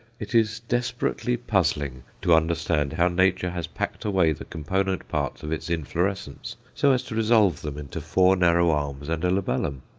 it is desperately puzzling to understand how nature has packed away the component parts of its inflorescence, so as to resolve them into four narrow arms and a labellum.